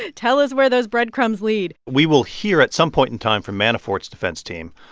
and tell us where those breadcrumbs lead we will hear, at some point in time, from manafort's defense team.